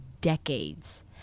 decades